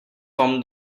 from